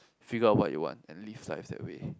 figure out what you want and live life that way